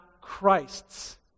Christ's